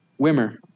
Wimmer